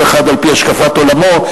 כל אחד על-פי השקפת עולמו,